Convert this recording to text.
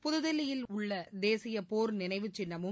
புதுதில்லியில் உள்ள தேசிய போர் நினைவுச் சின்னமும்